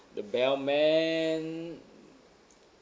the bellman